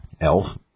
Elf